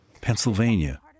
Pennsylvania